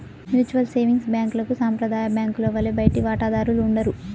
mutual savings బ్యాంక్లకు సాంప్రదాయ బ్యాంకుల వలె బయటి వాటాదారులు ఉండరు